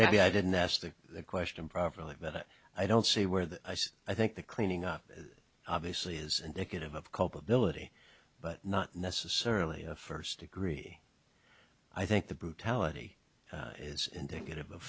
maybe i didn't ask the question properly but i don't see where the i think the cleaning up obviously is indicative of culpability but not necessarily a first degree i think the brutality is indicative of